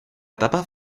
etapa